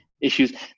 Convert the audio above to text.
issues